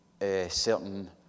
certain